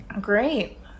Great